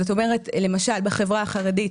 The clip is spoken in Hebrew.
למשל, בחברה החרדית